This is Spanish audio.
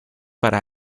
para